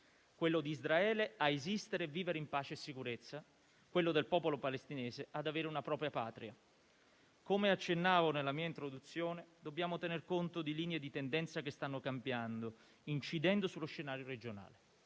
quello di Israele di esistere e vivere in pace e sicurezza; quello del popolo palestinese di avere una propria patria. Come accennavo nella mia introduzione, dobbiamo tener conto di linee di tendenza che stanno cambiando, incidendo sullo scenario regionale.